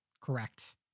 Correct